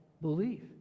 belief